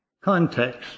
context